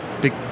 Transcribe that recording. big